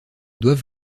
doivent